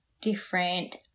different